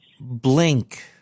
blink